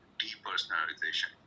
depersonalization